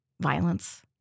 violence